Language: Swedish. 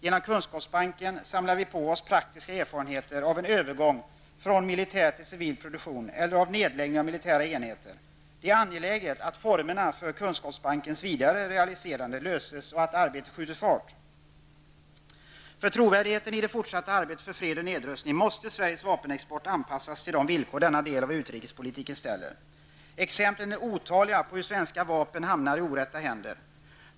Genom kunskapsbanken samlar vi på oss praktiska erfarenheter av en övergång från militär till civil produktion eller av en nedläggning av militära enheter. Det är angeläget att vi får en lösning beträffande formerna för ett realiserande av kunskapsbanken samt att arbetet skjuter fart. För trovärdighet i det fortsatta arbetet för fred och nedrustning måste Sveriges vapenexport anpassas till de villkor denna del av utrikespolitiken ställer. Exemplen är otaliga på hur svenska vapen hamnar i orätta händer.